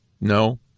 No